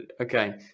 okay